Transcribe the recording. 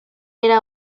era